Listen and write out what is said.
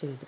ചെയ്തു